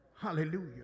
Hallelujah